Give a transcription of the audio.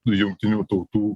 jungtinių tautų